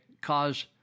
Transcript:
cause